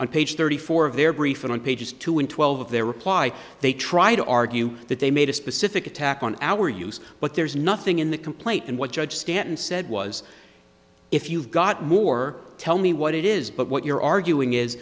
on page thirty four of their briefing on pages two and twelve of their reply they tried to argue that they made a specific attack on our use but there's nothing in the complaint and what judge stanton said was if you've got more tell me what it is but what you're arguing is